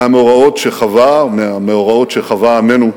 מהמאורעות שחווה, מהמאורעות שחווה עמנו,